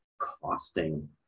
costing